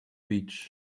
beach